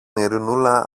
ειρηνούλα